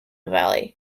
valley